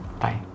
Bye